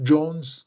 Jones